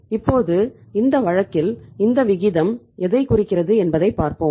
இப்போது இந்த வழக்கில் இந்த விகிதம் எதைக் குறிக்கிறது என்பதைப் பார்ப்போம்